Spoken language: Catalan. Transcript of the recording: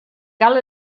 cal